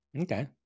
Okay